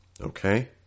Okay